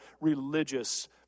religious